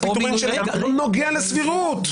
פיטורים של אדם, לא נוגע לסבירות.